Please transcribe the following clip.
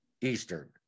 Eastern